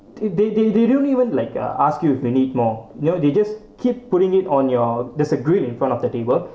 if they they they don't even like uh ask you if you need more you know they just keep putting it on your that's a grill in front of the table